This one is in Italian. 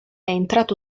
entrato